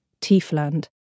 Tiefland